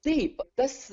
taip tas